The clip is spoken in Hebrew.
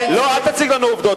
לא, אל תציג לנו עובדות.